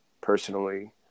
personally